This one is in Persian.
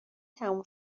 تموم